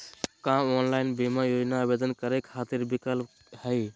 का ऑनलाइन बीमा योजना आवेदन करै खातिर विक्लप हई?